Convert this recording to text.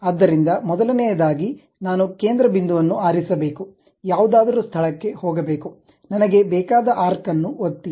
ಆದ್ದರಿಂದ ಮೊದಲನೆಯದಾಗಿ ನಾನು ಕೇಂದ್ರ ಬಿಂದುವನ್ನು ಆರಿಸಬೇಕು ಯಾವುದಾದರೂ ಸ್ಥಳಕ್ಕೆ ಹೋಗಬೇಕು ನನಗೆ ಬೇಕಾದ ಆರ್ಕ್ ಅನ್ನು ಒತ್ತಿ